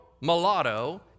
mulatto